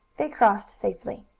they crossed safely.